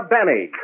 Benny